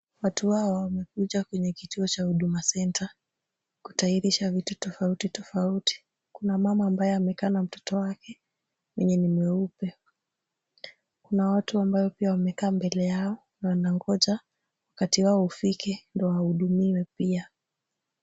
Watu hawa wamekuja kwenye kituo cha huduma center , kutayarisha vitu tofauti tofauti. Kuna mama ambaye amekaa na mtoto wake, mwenye ni mweupe. Kuna watu ambayo pia wamekaa mbele yao na wanangoja wakati wao ufike ndio wahudumiwe pia.